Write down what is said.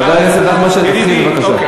חבר הכנסת נחמן שי, תתחיל בבקשה.